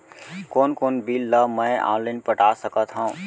कोन कोन बिल ला मैं ऑनलाइन पटा सकत हव?